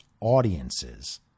audiences